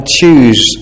choose